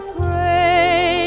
pray